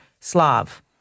Slav